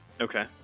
Okay